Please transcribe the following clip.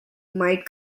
might